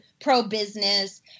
pro-business